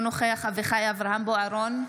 אינו נוכח אביחי אברהם בוארון,